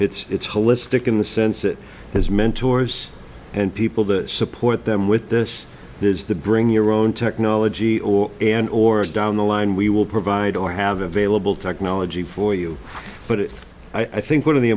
resources it's holistic in the sense that his mentors and people that support them with this is the bring your own technology or and or down the line we will provide or have available technology for you but i think one of the